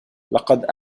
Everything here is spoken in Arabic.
لقد